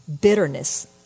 bitterness